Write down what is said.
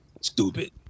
Stupid